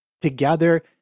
together